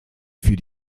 für